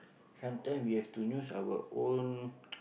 sometime we have to use our own